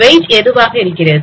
wait எதுவாக இருக்கிறது